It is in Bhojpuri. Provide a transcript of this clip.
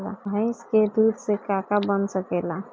भइस के दूध से का का बन सकेला?